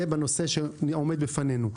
זה בנושא שעומד בפנינו.